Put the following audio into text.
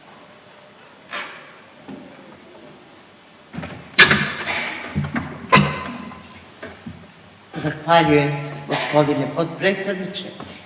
Zahvaljujem gospodine potpredsjedniče.